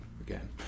again